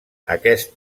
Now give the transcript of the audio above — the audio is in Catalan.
aquest